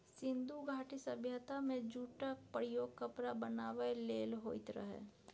सिंधु घाटी सभ्यता मे जुटक प्रयोग कपड़ा बनाबै लेल होइत रहय